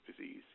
disease